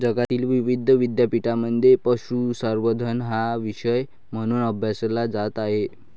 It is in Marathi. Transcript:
जगातील विविध विद्यापीठांमध्ये पशुसंवर्धन हा विषय म्हणून अभ्यासला जात आहे